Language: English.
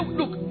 look